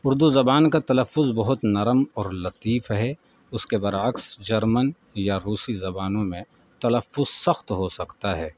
اردو زبان کا تلفظ بہت نرم اور لطیف ہے اس کے برعکس جرمن یا روسی زبانوں میں تلفظ سخت ہو سکتا ہے